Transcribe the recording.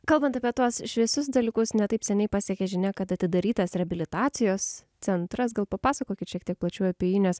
kalbant apie tuos šviesius dalykus ne taip seniai pasiekė žinia kad atidarytas reabilitacijos centras gal papasakokit šiek tiek plačiau apie jį nes